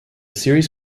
series